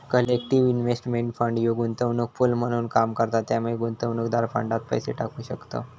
collective investment fund ह्यो गुंतवणूक pool म्हणून काम करता त्यामुळे गुंतवणूकदार फंडात पैसे टाकू शकतत